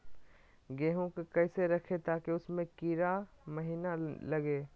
गेंहू को कैसे रखे ताकि उसमे कीड़ा महिना लगे?